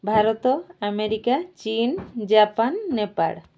Bharat America ଚୀନ୍ Japan Nepal